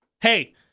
Hey